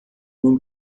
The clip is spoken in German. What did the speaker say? nun